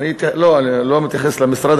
אני לא מתייחס למשרד,